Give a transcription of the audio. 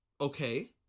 okay